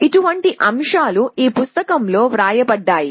ఇటువంటి అంశాలు ఆ పుస్తకంలో వ్రాయబడ్డాయి